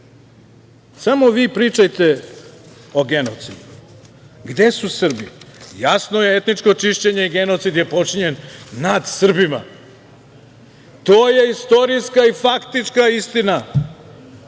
Samo vi pričajte o genocidu. Gde su Srbi? Jasno je etničko čišćenje i genocid je počinjen nad Srbima. To je istorijska i faktička istina.